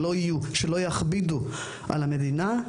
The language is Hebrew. שלא יכבידו על המדינה,